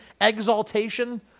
exaltation